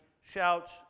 shouts